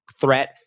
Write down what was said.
threat